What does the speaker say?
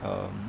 um